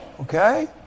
okay